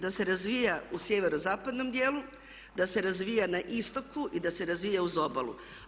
Da razvija u sjeverozapadnom dijelu, da se razvija na istoku i da se razvija uz obalu.